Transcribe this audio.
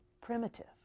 primitive